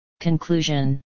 Conclusion